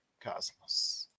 Cosmos